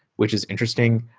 which is interesting,